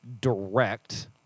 direct